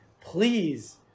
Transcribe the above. please